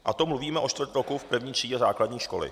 A to mluvíme o čtvrt roku v první třídě základní školy.